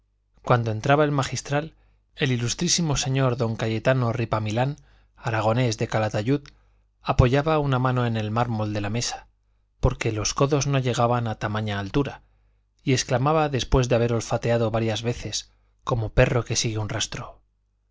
cuando entraba el magistral el ilustrísimo señor don cayetano ripamilán aragonés de calatayud apoyaba una mano en el mármol de la mesa porque los codos no llegaban a tamaña altura y exclamaba después de haber olfateado varias veces como perro que sigue un rastro